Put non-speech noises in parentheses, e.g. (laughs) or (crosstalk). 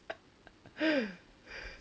(laughs)